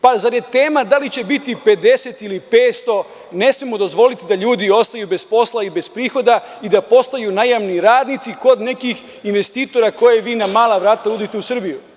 Pa zar je tema da li će biti 50 ili 500, ne smemo dozvoliti da ljudi ostaju bez posla i prihoda i da postaju najamni radnici, kod nekih investitora, koje vi na mala vrata uvodite u Srbiju.